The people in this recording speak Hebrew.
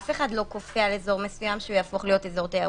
אף אחד לא כופה על אזור מסוים שיהפוך להיות אזור תיירותי.